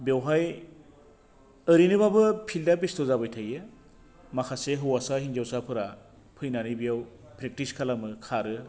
बेवहाय ओरैनोबाबो फिल्दा बेस्ट' जाबाय थायो माखासे होवासा हिन्जावसाफोरा फैनानै बियाव फ्रेक्टिस खालामो खारो